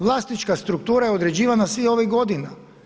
Vlasnička struktura je određivana svih ovih godina.